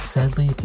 Sadly